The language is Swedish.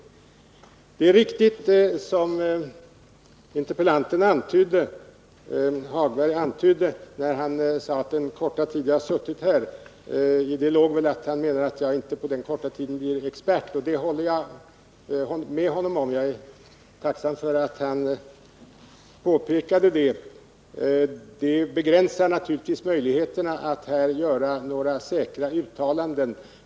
Det är riktigt, som Lars-Ove Hagberg antydde — och jag är tacksam för att han påpekade det — att jag under den korta tid jag suttit på min post knappast blivit expert på detta område. Detta förhållande begränsar också naturligtvis mina möjligheter att här göra några säkra uttalanden.